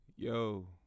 Yo